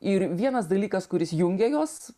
ir vienas dalykas kuris jungia juos